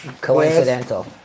coincidental